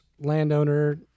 landowner